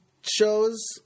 shows